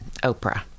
Oprah